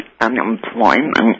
unemployment